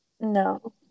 no